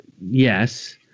yes